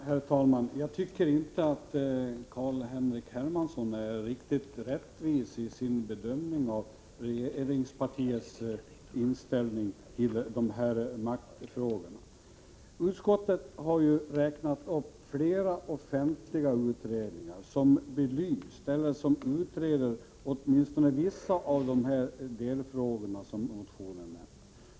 Herr talman! Jag tycker inte att Carl-Henrik Hermansson är riktigt rättvis i sin bedömning av regeringspartiets inställning till maktfrågorna. Utskottet har räknat upp flera offentliga utredningar som belyst åtminstone vissa av de frågor som motionen tar upp.